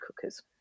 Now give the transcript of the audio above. cookers